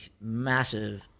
massive